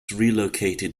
relocated